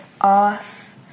off